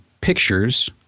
pictures